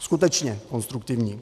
Skutečně konstruktivní.